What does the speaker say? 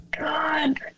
God